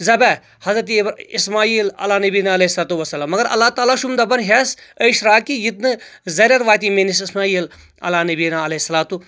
ذبحہ حضرتہِ اسماعیل علیٰ نبیُن علیہ صلاتُ وسلام مگر اللہ تعالیٰ چھم دپان ہٮ۪س اے شراکہِ یُتھ نہٕ زرٮ۪ر واتی میٲنِس اسماعیل علیٰ نبیٖنا علیہِ صلاتُ